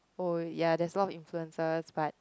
oh ya there's a lot of influences but